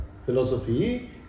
Philosophy